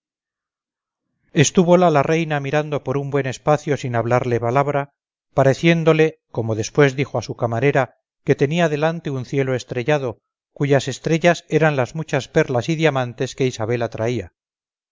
vuestra estúvola la reina mirando por un buen espacio sin hablarle palabra pareciéndole como después dijo a su camarera que tenía delante un cielo estrellado cuyas estrellas eran las muchas perlas y diamantes que isabela traía